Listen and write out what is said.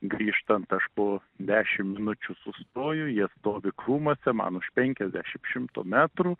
grįžtant aš po dešim minučių sustoju jie stovi krūmuose man už penkiasdešim šimto metrų